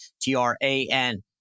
T-R-A-N